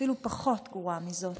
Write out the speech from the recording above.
אפילו פחות גרועה מזאת.